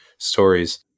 stories